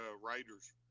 writers